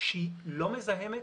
שהיא לא מזהמת,